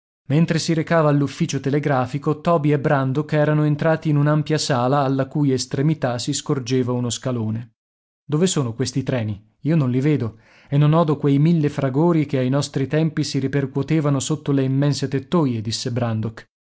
mentre si recava all'ufficio telegrafico toby e brandok erano entrati in un'ampia sala alla cui estremità si scorgeva uno scalone dove sono questi treni io non li vedo e non odo quei mille fragori che ai nostri tempi si ripercuotevano sotto le immense tettoie disse brandok